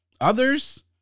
Others